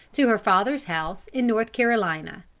to her father's house in north carolina.